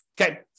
Okay